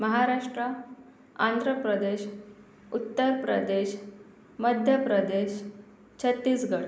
Maharashtra Andhra Pradesh Uttar Pradesh Madhya Pradesh Chhattisgarh